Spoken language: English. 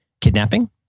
kidnapping